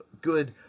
good